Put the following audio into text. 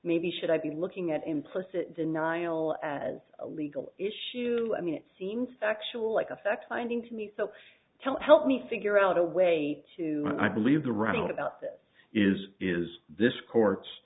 maybe should i be looking at implicit denial as a legal issue i mean it seems factual like a fact finding to me so tell help me figure out a way to i believe the writing about this is is this court